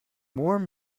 warm